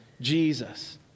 Jesus